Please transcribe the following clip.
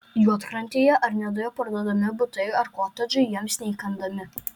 juodkrantėje ar nidoje parduodami butai ar kotedžai jiems neįkandami